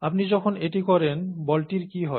আপনি যখন এটি করেন বলটির কি হয়